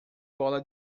bola